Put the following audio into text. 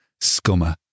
scummer